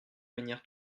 manière